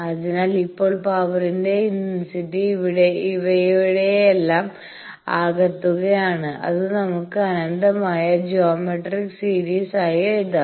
അതിനാൽ ഇപ്പോൾ പവറിന്റെ ഇന്റന്സിറ്റി ഇവയുടെയെല്ലാം ആകത്തുക ആണ് അത് നമുക്ക് അനന്തമായ ജോമെട്രിക് സീരീസ് ആയി എഴുതാം